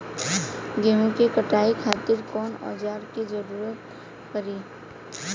गेहूं के कटाई खातिर कौन औजार के जरूरत परी?